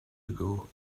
ago